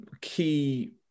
key